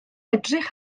edrych